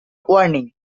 warning